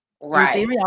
Right